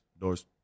doors